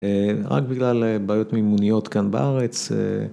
רק בגלל בעיות מימוניות כאן בארץ.